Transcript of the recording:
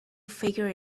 figure